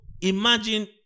imagine